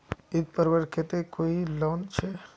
ईद पर्वेर केते कोई लोन छे?